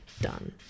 done